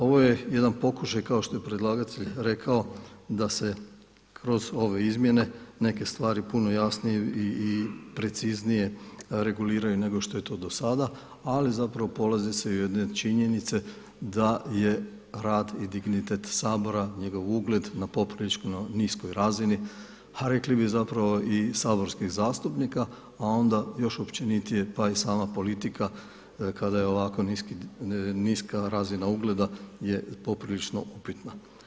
Ovo je jedan pokušaj kao što je predlagatelj rekao da se kroz ove izmjene neke stvari puno jasnije i preciznije reguliraju nego što je to do sada ali zapravo polazi se od jedne činjenica da je rad i dignitet Sabora, njegov ugled na poprilično niskoj razini a rekli bi zapravo i saborskih zastupnika a onda još općenitije pa i sama politika kada je ovako niska razina ugleda je poprilično upitna.